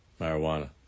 marijuana